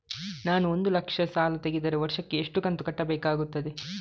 ನಾನು ಒಂದು ಲಕ್ಷ ಸಾಲ ತೆಗೆದರೆ ವರ್ಷಕ್ಕೆ ಎಷ್ಟು ಕಂತು ಕಟ್ಟಬೇಕಾಗುತ್ತದೆ?